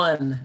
One